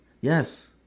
Yes